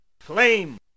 flame